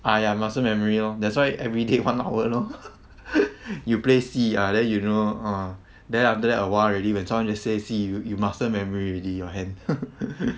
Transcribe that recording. ah ya muscle memory lor that's why every day one hour lor you play C ah then you know oh then after that awhile already when someone just say C you muscle memory already your hand